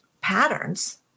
patterns